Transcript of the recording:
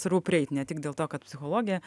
svarbu prieit ne tik dėl to kad psichologė